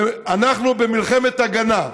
אנחנו במלחמת הגנה.